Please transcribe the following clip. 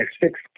six